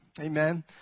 amen